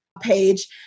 page